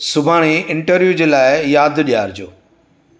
सुभाणे इंटरव्यू जे लाइ यादि ॾियारजो